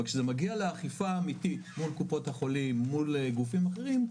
אבל כשזה מגיע לאכיפה אמיתית מול קופות החולים ומול גופים אחרים,